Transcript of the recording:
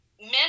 Men